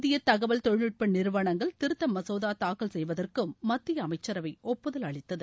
இந்திய தகவல் தொழில்நுட்ப நிறுவனங்கள் திருத்த மசோதா தாக்கல் செய்வதற்கும் மத்திய அமைச்சரவை ஒப்புதல் அளித்தது